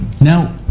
Now